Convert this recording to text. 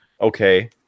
okay